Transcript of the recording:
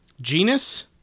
genus